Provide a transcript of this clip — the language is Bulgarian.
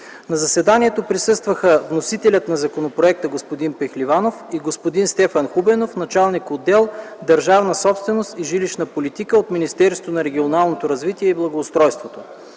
На заседанието присъстваха вносителят на законопроекта господин Пехливанов и господин Стефан Хубенов – началник отдел ”Държавна собственост и жилищна политика” от Министерството на регионалното развитие и благоустройството.